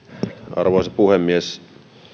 arvoisa puhemies